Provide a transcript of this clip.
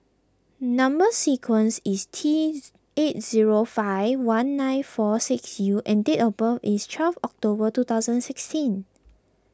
Number Sequence is T eight zero five one nine four six U and date of birth is twelve October two thousand sixteen